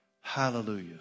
Hallelujah